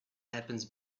happens